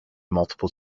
multiple